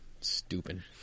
Stupid